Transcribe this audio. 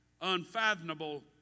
unfathomable